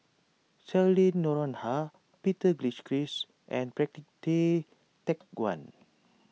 Cheryl Noronha Peter Gilchrist and Patrick Tay Teck Guan